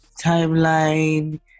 timeline